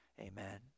Amen